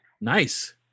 Nice